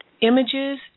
images